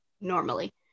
normally